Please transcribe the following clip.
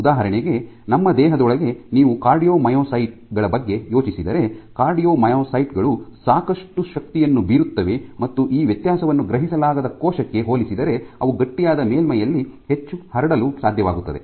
ಉದಾಹರಣೆಗೆ ನಮ್ಮ ದೇಹದೊಳಗೆ ನೀವು ಕಾರ್ಡಿಯೋಮಯೊಸೈಟ್ ಗಳ ಬಗ್ಗೆ ಯೋಚಿಸಿದರೆ ಕಾರ್ಡಿಯೋಮಯೊಸೈಟ್ ಗಳು ಸಾಕಷ್ಟು ಶಕ್ತಿಯನ್ನು ಬೀರುತ್ತವೆ ಮತ್ತು ಈ ವ್ಯತ್ಯಾಸವನ್ನು ಗ್ರಹಿಸಲಾಗದ ಕೋಶಕ್ಕೆ ಹೋಲಿಸಿದರೆ ಅವು ಗಟ್ಟಿಯಾದ ಮೇಲ್ಮೈಯಲ್ಲಿ ಹೆಚ್ಚು ಹರಡಲು ಸಾಧ್ಯವಾಗುತ್ತದೆ